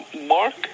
Mark